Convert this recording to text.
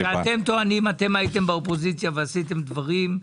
כשאתם טוענים: אתם הייתם באופוזיציה ועשיתם דברים,